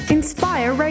Inspire